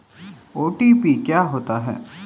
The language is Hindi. ओ.टी.पी क्या होता है?